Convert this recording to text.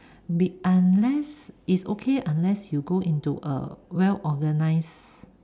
unless is okay unless you go into a well organized